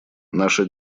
наша